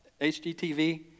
HGTV